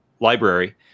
library